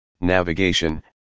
navigation